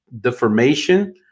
deformation